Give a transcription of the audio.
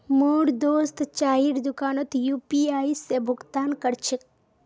मोर दोस्त चाइर दुकानोत यू.पी.आई स भुक्तान कर छेक